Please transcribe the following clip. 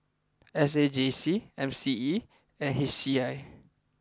S A J C M C E and H C I